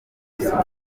gusa